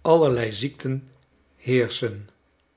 allerlei ziekten heerschen